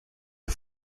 are